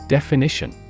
Definition